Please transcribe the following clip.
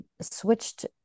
switched